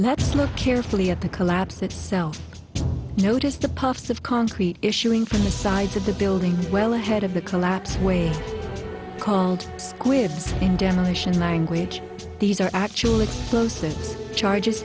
let's look carefully at the collapse itself noticed the puffs of concrete issuing from the side of the building well ahead of the collapse way called squibs in demolition language these are actually charges